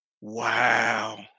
Wow